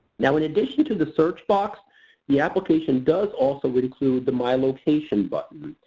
now in addition to the search box the application does also include the my location button.